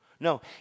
No